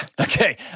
Okay